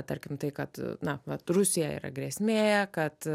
tarkim tai kad na vat rusija yra grėsmė kad